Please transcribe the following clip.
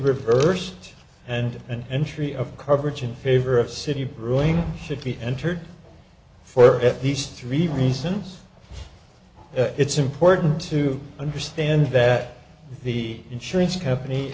reverse and an entry of coverage in favor of city ruling should be entered for at least three reasons it's important to understand that the insurance company